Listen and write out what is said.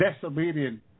disobedient